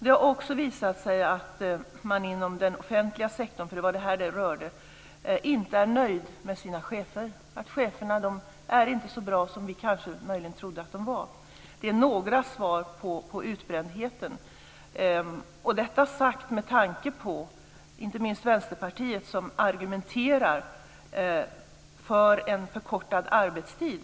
Det har också visat sig att man inom den offentliga sektorn, som det här gäller, inte är nöjd med sina chefer. Cheferna är inte så bra som vi möjligen trodde att de är. Detta är några svar på frågan om orsakerna till utbrändheten. Jag säger detta inte minst med tanke på Vänsterpartiet, som argumenterar för en förkortad arbetstid.